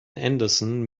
anderson